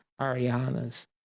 Ariana's